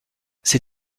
ses